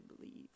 believe